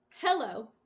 hello